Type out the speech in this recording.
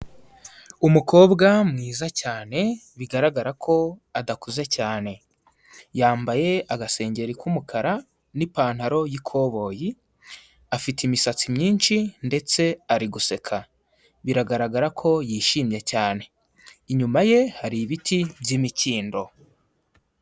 Umukobwa mwiza cyane, bigaragara ko adakuze cyane. Yambaye agasengeri k'umukara n'ipantaro y'ikoboyi, afite imisatsi myinshi ndetse ari guseka. Biragaragara ko yishimye cyane. Inyuma ye, hari ibiti by'imikindo.